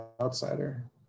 outsider